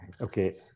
Okay